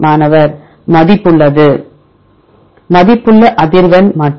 மாணவர் மதிப்புள்ளது மதிப்புள்ள அதிர்வெண் மற்றும்